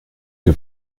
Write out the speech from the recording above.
que